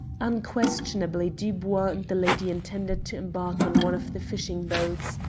unquestionably dubois and the lady intended to embark on one of the fishing boats.